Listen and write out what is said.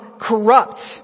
corrupt